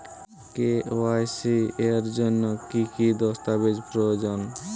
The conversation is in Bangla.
কে.ওয়াই.সি এর জন্যে কি কি দস্তাবেজ প্রয়োজন?